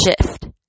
shift